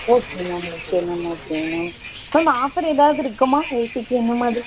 okay ma'am okay ma'am okay ma'am ma'am offer எதாவது இருக்குமா ஏசிக்கு என்ன மாதிரி